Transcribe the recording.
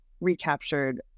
recaptured